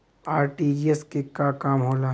RTGS के का काम होला?